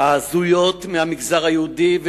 ההזויות מהמגזר היהודי,